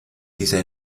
diese